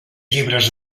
llibres